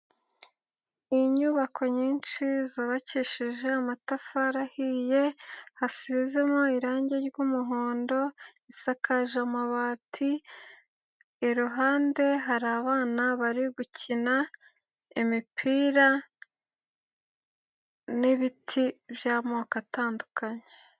Inyubako nyinshi zubakishijeje amatafari ahiye, hasizemo irangi ry'umuhondo, isakaje amabati, iruhande hari abana bari gukina imipira, n'ibiti by'amoko atandukanye.